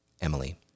Emily